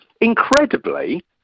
incredibly